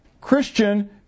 Christian